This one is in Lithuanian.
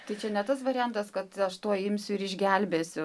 tai čia ne tas variantas kad aš tuoj imsiu ir išgelbėsiu